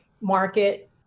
market